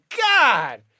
god